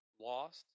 lost